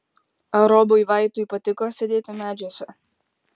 ar robiui vaitui patiko sėdėti medžiuose